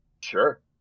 Sure